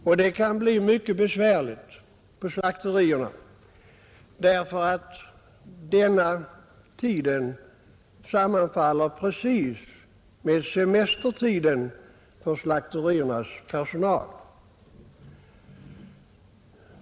Och det kan bli mycket besvärligt på slakterierna; denna tidpunkt sammanfaller precis med semestertiden för slakteriernas personal.